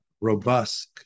robust